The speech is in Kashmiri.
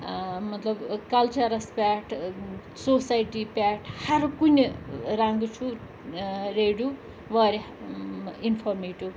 مطلب کَلچَرَس پٮ۪ٹھ سوسایٹی پٮ۪ٹھ ہَر کُنہِ رَنٛگہٕ چھُ ریڈیو واریاہ اِنفارمیٹِو